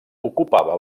ocupava